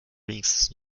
wenigstens